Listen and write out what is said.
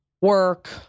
work